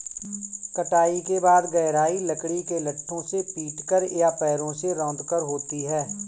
कटाई के बाद गहराई लकड़ी के लट्ठों से पीटकर या पैरों से रौंदकर होती है